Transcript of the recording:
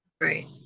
Right